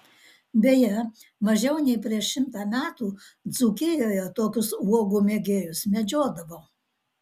beje mažiau nei prieš šimtą metų dzūkijoje tokius uogų mėgėjus medžiodavo